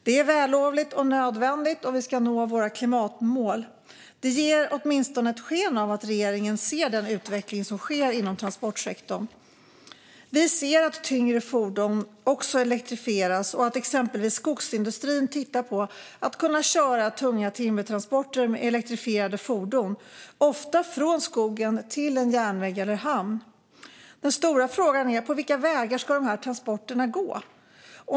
Detta är vällovligt och nödvändigt om vi ska nå våra klimatmål. Det ger åtminstone sken av att regeringen ser den utveckling som sker inom transportsektorn. Vi ser att tyngre fordon också elektrifieras och att exempelvis skogsindustrin tittar på att kunna köra tunga timmertransporter med elektrifierade fordon, ofta från skogen till en järnväg eller hamn. Den stora frågan är vilka vägar dessa transporter ska gå på.